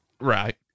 Right